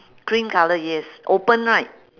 cream colour yes open right